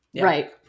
Right